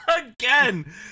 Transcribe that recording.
again